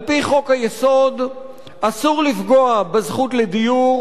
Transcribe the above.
על-פי חוק-היסוד אסור לפגוע בזכות לדיור